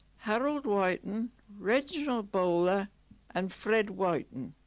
harold wyton, reginald bowler and fred wyton